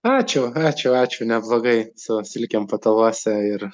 ačiū ačiū ačiū neblogai su silkėm pataluose ir